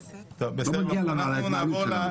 שלא מגיע לנו על ההתנהלות שלנו.